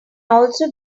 also